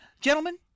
gentlemen